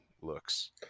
looks